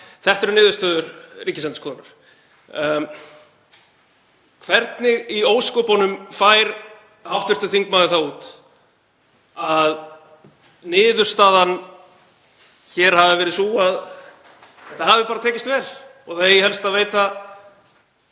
Þetta eru niðurstöður Ríkisendurskoðunar. Hvernig í ósköpunum fær hv. þingmaður það út að niðurstaðan hafi verið sú að þetta hafi bara tekist vel og það eigi helst að veita